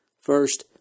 First